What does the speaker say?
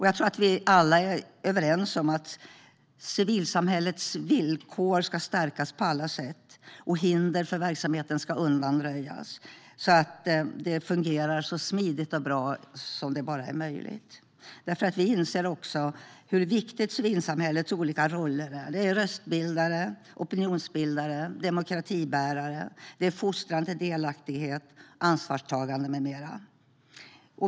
Jag tror att vi alla är överens om att civilsamhällets villkor ska stärkas på alla sätt och att hinder för verksamheten ska undanröjas så att det fungerar så smidigt och bra som det bara är möjligt. Vi inser ju också hur viktiga civilsamhällets olika roller är. Det handlar om röstbildare, opinionsbildare och demokratibärare. Det är fostran till delaktighet, ansvarstagande med mera.